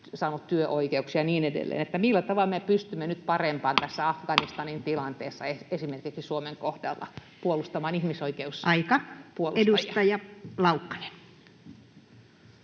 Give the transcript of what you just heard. saaneet työoikeuksia ja niin edelleen. Millä tavalla me pystymme nyt parempaan tässä Afganistanin tilanteessa, esimerkiksi Suomen kohdalta puolustamaan ihmisoikeuspuolustajia? [Speech 32] Speaker: